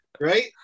Right